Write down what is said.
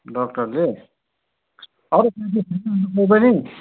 डक्टरले अरू छैन कोही पनि